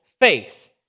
faith